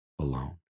alone